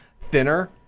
thinner